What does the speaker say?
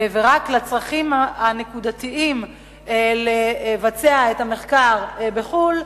רק לצרכים הנקודתיים של ביצוע המחקר בחו"ל,